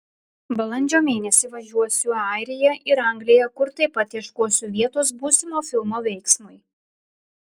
balandžio mėnesį važiuosiu į airiją ir angliją kur taip pat ieškosiu vietos būsimo filmo veiksmui